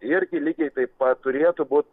irgi lygiai taip pat turėtų būt